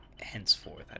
henceforth